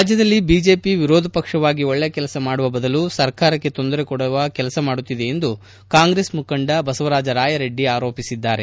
ರಾಜ್ನದಲ್ಲಿ BJP ವಿಪಕ್ಷವಾಗಿ ಒಳ್ಳೆಯ ಕೆಲಸ ಮಾಡುವ ಬದಲು ಸರ್ಕಾರಕ್ಕೆ ತೊಂದರೆ ಕೊಡುವ ಕೆಲಸ ಮಾಡುತ್ತಿದೆ ಎಂದು ಕಾಂಗ್ರೆಸ್ ಮುಖಂಡ ಬಸವರಾಜ ರಾಯರೆಡ್ಡಿ ಆಪಾದಿಸಿದ್ದಾರೆ